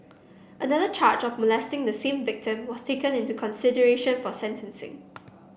another charge of molesting the same victim was taken into consideration for sentencing